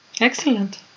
Excellent